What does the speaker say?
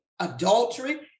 adultery